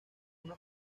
una